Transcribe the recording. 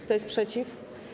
Kto jest przeciw?